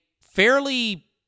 fairly